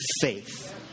faith